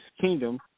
Kingdom